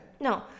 No